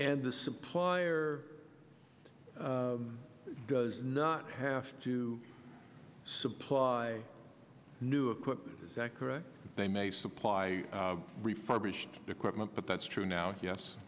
and the supplier does not have to supply new equipment is that correct they may supply refurbished equipment but that's true now yes